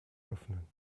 öffnen